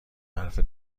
حرف